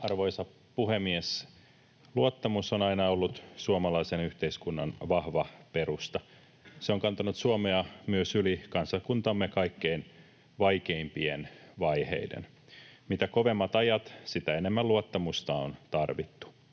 Arvoisa puhemies! Luottamus on aina ollut suomalaisen yhteiskunnan vahva perusta. Se on kantanut Suomea myös yli kansakuntamme kaikkein vaikeimpien vaiheiden. Mitä kovemmat ajat, sitä enemmän luottamusta on tarvittu.